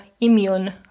immune